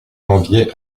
janvier